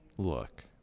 Look